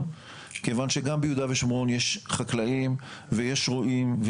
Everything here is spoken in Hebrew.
מכיוון שגם ביהודה ושומרון יש חקלאים ויש רועים,